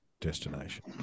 destination